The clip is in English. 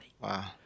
Wow